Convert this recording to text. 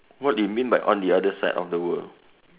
what you mean by on the other side of the world